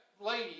lady